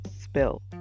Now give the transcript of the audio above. Spill